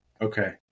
Okay